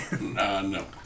no